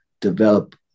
develop